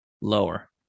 lower